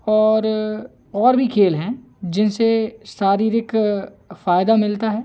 और और भी खेल हैं जिनसे शारीरिक फायदा मिलता है